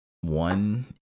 one